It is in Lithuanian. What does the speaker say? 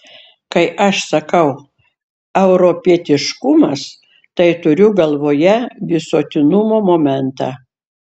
kai aš sakau europietiškumas tai turiu galvoje visuotinumo momentą